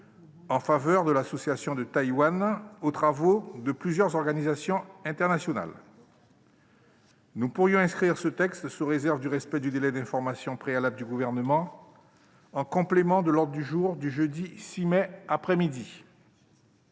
en faveur de l'association de Taïwan aux travaux de plusieurs organisations internationales. Nous pourrions inscrire ce texte, sous réserve du respect du délai d'information préalable du Gouvernement, en complément de l'ordre du jour du jeudi 6 mai après-midi.